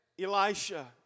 Elisha